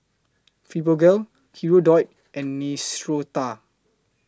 Fibogel Hirudoid and Neostrata